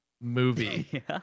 movie